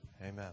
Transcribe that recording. Amen